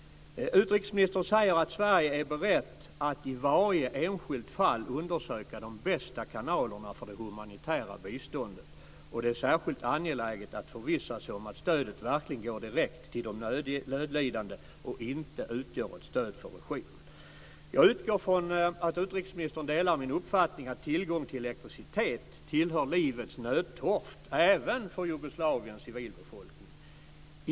Utrikesministern sade att Sverige är berett att i varje enskilt fall undersöka vilka de bästa kanalerna för det humanitära biståndet är. Det är särskilt angeläget att förvissa sig om att stödet verkligen går direkt till de nödlidande och inte utgör ett stöd för regimen. Jag hoppas att utrikesministern delar min uppfattning att tillgång till elektricitet tillhör livets nödtorft också för Jugoslaviens civilbefolkning.